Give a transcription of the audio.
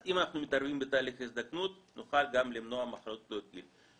אז אם אנחנו מתערבים בתהליכי הזדקנות נוכל גם למנוע מחלות תלויות גיל.